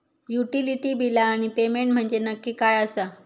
Utility बिला आणि payment म्हंजे नक्की काय आसा?